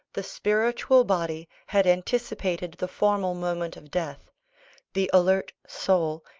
the spiritual body had anticipated the formal moment of death the alert soul,